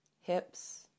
hips